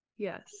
Yes